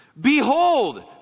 Behold